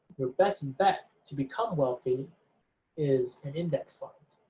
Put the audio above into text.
your best and bet to become wealthy is an index fund,